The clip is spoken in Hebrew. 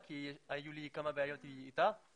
כי כשאנחנו בים אין לנו טלפונים.